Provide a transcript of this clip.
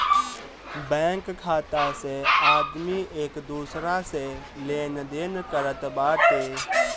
bank खाता से आदमी एक दूसरा से लेनदेन करत बाटे